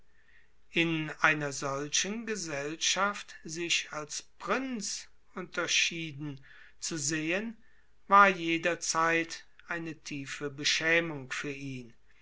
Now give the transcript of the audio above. in einer solchen gesellschaft sich als prinz unterschieden zu sehen war jederzeit eine tiefe beschämung für ihn